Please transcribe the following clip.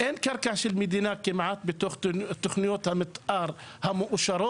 אין קרקע של מדינה כמעט בתוך תוכניות המתאר המאושרות.